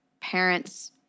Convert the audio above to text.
parents